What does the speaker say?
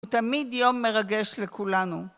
תמיד יום מרגש לכולנו.